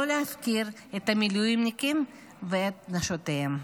להפקיר את המילואימניקים ואת נשותיהם.